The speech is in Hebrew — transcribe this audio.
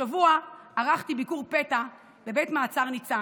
השבוע ערכתי ביקור פתע בבית המעצר ניצן.